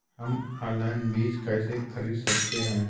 हम ऑनलाइन बीज कैसे खरीद सकते हैं?